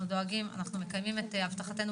פה אנחנו דואגים ומקיימים את הבטחתנו